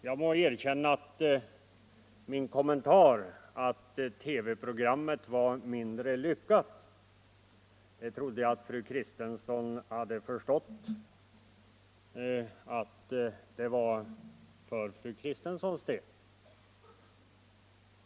Jag trodde att fru Kristensson hade förstått att min kommentar att TV-programmet var mindre lyckat avsåg fru Kristenssons medverkan.